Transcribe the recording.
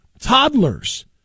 toddlers